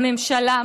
הממשלה,